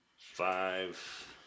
Five